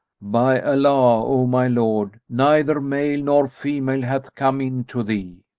by allah, o my lord, neither male nor female hath come in to thee!